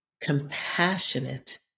compassionate